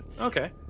Okay